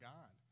God